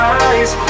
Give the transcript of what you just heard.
eyes